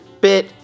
Bit